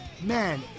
man